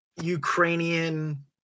Ukrainian